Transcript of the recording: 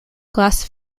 glass